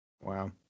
Wow